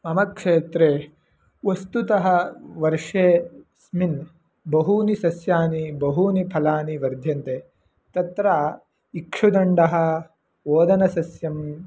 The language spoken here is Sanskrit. मम क्षेत्रे वस्तुतः वर्षेस्मिन् बहूनि सस्यानि बहूनि फलानि वर्ध्यन्ते तत्र इक्षुदण्डः ओदनसस्यम्